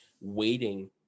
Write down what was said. waiting